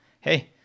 hey